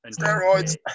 steroids